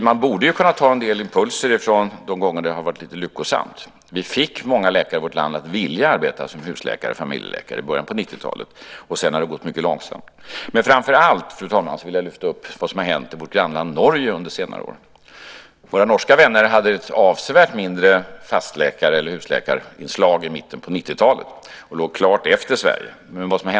Man borde ju kunna ta en del impulser från de gånger då det har varit lite lyckosamt. Vi fick många läkare i vårt land att vilja arbeta som husläkare och familjeläkare i början på 90-talet. Sedan har det gått mycket långsamt. Fru talman! Framför allt vill jag lyfta upp vad som har hänt i vårt grannland Norge under senare år. Våra norska vänner hade ett avsevärt mindre fastläkar eller husläkarinslag i mitten på 90-talet och låg klart efter Sverige.